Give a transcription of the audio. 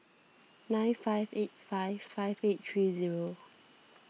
nine five eight five five eight three zero